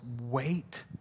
wait